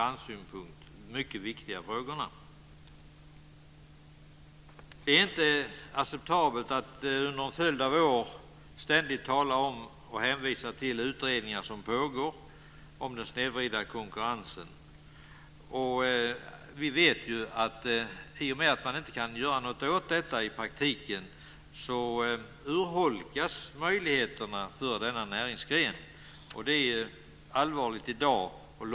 Det är inte acceptabelt att under en följd av år ständigt hänvisa till utredningar som pågår om den snedvridna konkurrensen. Detta är allvarligt i dag.